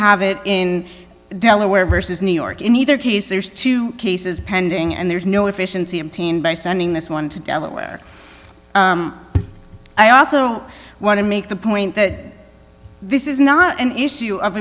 have it in delaware versus new york in either case there's two cases pending and there's no efficiency by sending this one to delaware i also want to make the point that this is not an issue of